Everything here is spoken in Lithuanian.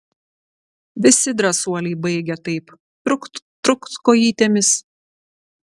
visi drąsuoliai baigia taip trukt trukt kojytėmis